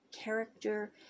character